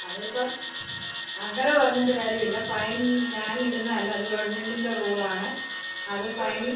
അത് ഇപ്പോൾ അങ്ങനെ പറഞ്ഞിട്ട് കാര്യം ഇല്ല ഫൈൻ ഞാൻ ഇടുന്ന അല്ല അത് ഗവൺമെൻറ്റിൻ്റെ റൂള് ആണ് അത് ഫൈൻ